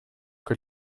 que